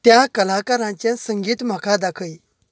त्या कलाकाराचें संगीत म्हाका दाखय